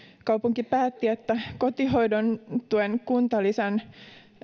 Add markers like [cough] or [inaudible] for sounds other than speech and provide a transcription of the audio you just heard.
kaupunki päätti että kotihoidon tuen kuntalisä [unintelligible] [unintelligible] [unintelligible]